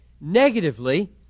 Negatively